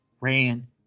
ran